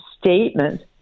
statement